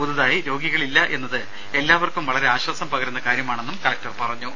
പുതുതായി രോഗികളില്ല എന്നത് എല്ലാവർക്കും വളരെ ആശ്വാസം പകരുന്ന കാര്യമാണെന്നും കലക്ടർ പറഞ്ഞു